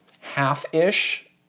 half-ish